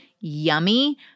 yummy